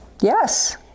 yes